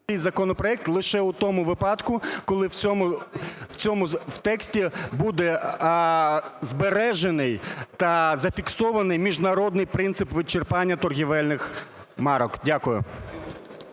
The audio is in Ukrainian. законопроект лише у тому випадку, коли в тексті буде збережений та зафіксований міжнародний принцип вичерпання торгівельних марок. Дякую.